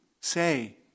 say